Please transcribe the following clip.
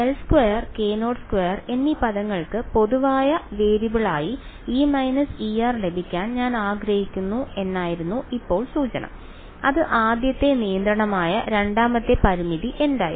∇2 k02 എന്നീ പദങ്ങൾക്ക് പൊതുവായ വേരിയബിളായി E Ei ലഭിക്കാൻ ഞാൻ ആഗ്രഹിക്കുന്നു എന്നായിരുന്നു ഇപ്പോൾ സൂചന അത് ആദ്യത്തെ നിയന്ത്രണമായ രണ്ടാമത്തെ പരിമിതി എന്തായിരുന്നു